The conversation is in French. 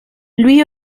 lui